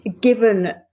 given